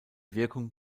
wirkung